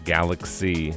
Galaxy